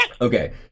Okay